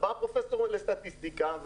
בא פרופסור לסטטיסטיקה,